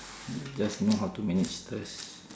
just know how to manage first